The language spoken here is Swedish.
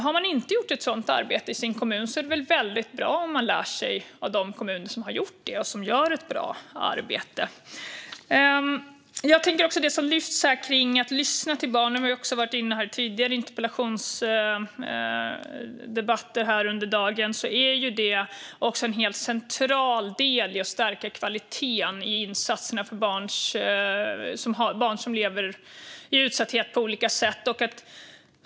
Har man inte gjort ett sådant arbete i sin kommun är det väldigt bra om man lär sig av de kommuner som har gjort det och som gör ett bra arbete. Det lyfts fram att man ska lyssna till barnen. Det har vi varit inne på i tidigare interpellationsdebatter här under dagen. Det är en helt central del i att stärka kvaliteten i insatserna för barn som lever i utsatthet på olika sätt.